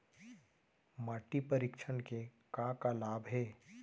माटी परीक्षण के का का लाभ हे?